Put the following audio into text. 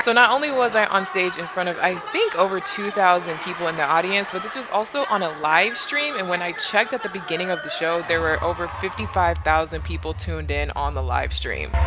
so not only was i on stage in front of i think over two thousand people in the audience but this was also on a live stream. and when i checked at the beginning of the show, there were over fifty five thousand people tuned in on the live stream.